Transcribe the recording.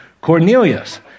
Cornelius